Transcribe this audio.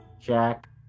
Jack